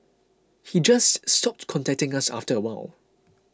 he just stopped contacting us after a while